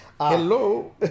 Hello